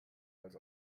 als